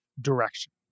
direction